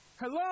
Hello